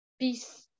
peace